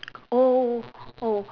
oh oh